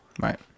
Right